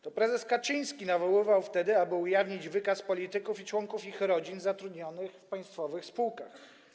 To prezes Kaczyński nawoływał wtedy, aby ujawnić wykaz polityków i członków ich rodzin zatrudnionych w państwowych spółkach.